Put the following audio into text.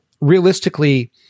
realistically